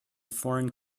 foreign